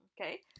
okay